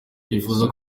twifuza